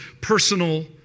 personal